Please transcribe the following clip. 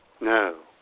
No